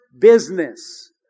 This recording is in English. business